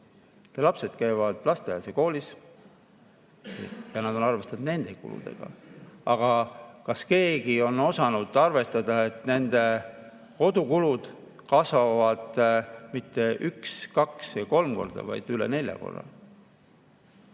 lapsed käivad lasteaias ja koolis ja nad on arvestanud just nende kuludega. Kas keegi on osanud arvestada, et nende kodukulud kasvavad mitte üks, kaks või kolm korda, vaid üle nelja korra?